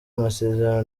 amasezerano